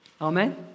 Amen